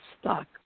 stuck